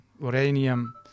uranium